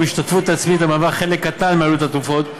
השתתפות עצמית המהווה חלק קטן מעלות התרופות,